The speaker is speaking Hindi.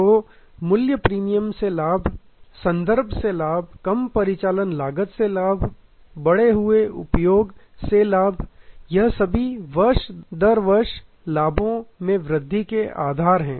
तो मूल्य प्रीमियम से लाभ संदर्भ से लाभ कम परिचालन लागत से लाभ बढ़े हुए उपयोग से लाभ यह सभी वर्ष दर वर्ष लाभों में वृद्धि के आधार हैं